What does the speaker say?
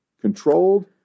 controlled